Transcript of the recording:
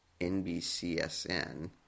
NBCSN